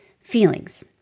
feelings